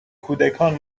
کودکان